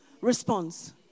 response